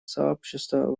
сообщества